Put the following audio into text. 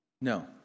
No